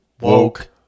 Woke